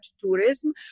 tourism